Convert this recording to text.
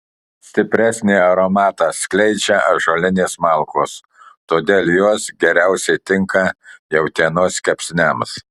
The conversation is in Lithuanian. stipresnį aromatą skleidžia ąžuolinės malkos todėl jos geriausiai tinka jautienos kepsniams